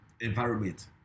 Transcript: environment